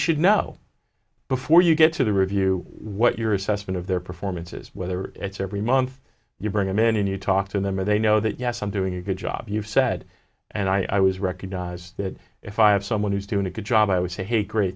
should know before you get to the review what your assessment of their performances whether it's every month you bring them in and you talk to them or they know that yes i'm doing a good job you've said and i was recognized that if i have someone who's doing a good job i would say hey great